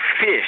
fish